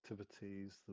activities